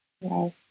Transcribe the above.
Yes